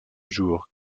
jour